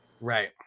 Right